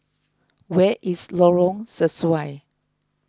where is Lorong Sesuai